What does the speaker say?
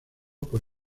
por